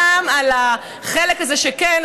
גם על החלק הזה שכן,